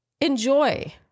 enjoy